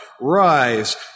rise